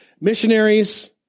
missionaries